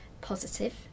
positive